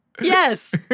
yes